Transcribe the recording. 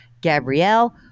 Gabrielle